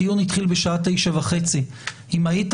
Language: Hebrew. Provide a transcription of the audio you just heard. הדיון התחיל בשעה 09:30. אם היית